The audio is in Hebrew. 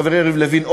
חברי יריב לוין,